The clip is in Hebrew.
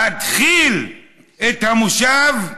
להתחיל את המושב,